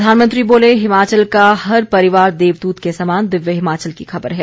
प्रधानमंत्री बोले हिमाचल का हर परिवार देवतदूत के समान दिव्य हिमाचल की खबर है